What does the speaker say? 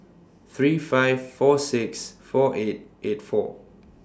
three five four six four eight eight four